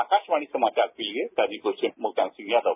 आकाशवाणी समाचार के लिए गाजीपुर से मैं मुल्तान सिंह यादव